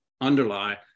underlie